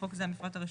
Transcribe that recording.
בחוק זה המפרט הרשותי.